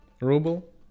ruble